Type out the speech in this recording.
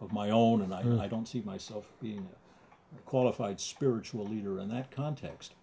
of my own and i don't see myself being qualified spiritual leader in that context